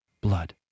Blood